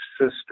sister